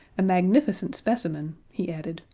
a magnificent specimen, he added,